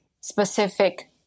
specific